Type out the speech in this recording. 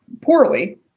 poorly